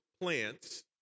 plants